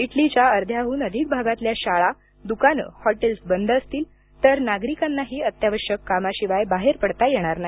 इटलीच्या अध्याहून अधिक भागातल्या शाळा दुकानं हॉटेल्स बंद असतील तर नागरिकांनाही अत्यावश्यक कामाशिवाय बाहेर पडता येणार नाही